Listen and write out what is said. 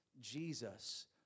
Jesus